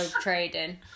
trading